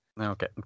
Okay